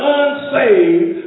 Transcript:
unsaved